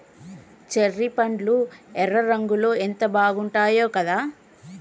cherry పండ్లు ఎర్ర రంగులో ఎంత బాగుంటాయో కదా